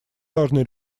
должны